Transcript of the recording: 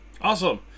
Awesome